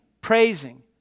praising